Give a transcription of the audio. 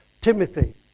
Timothy